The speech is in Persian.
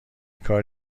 کار